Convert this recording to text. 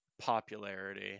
popularity